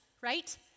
right